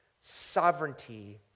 Sovereignty